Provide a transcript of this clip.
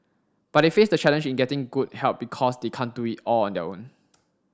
but they face the challenge in getting good help because they can't do it all on their own